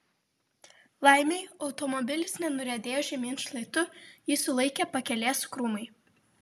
laimei automobilis nenuriedėjo žemyn šlaitu jį sulaikė pakelės krūmai